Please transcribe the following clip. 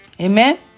Amen